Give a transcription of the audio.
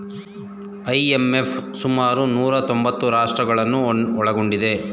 IMF ಸುಮಾರು ನೂರಾ ತೊಂಬತ್ತು ರಾಷ್ಟ್ರಗಳನ್ನು ಒಳಗೊಂಡಿದೆ